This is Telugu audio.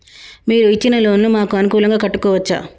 మీరు ఇచ్చిన లోన్ ను మాకు అనుకూలంగా కట్టుకోవచ్చా?